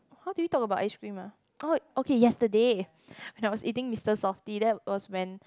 how did we talk about ice cream ah orh okay yesterday when I was eating Mister softee that was when